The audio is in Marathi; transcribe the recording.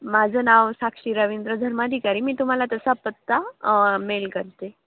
माझं नाव साक्षी रवींद्र धर्माधिकारी मी तुम्हाला तसा पत्ता मेल करते